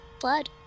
blood